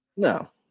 no